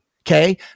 Okay